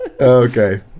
Okay